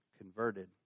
converted